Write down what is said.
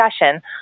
discussion